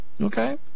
okay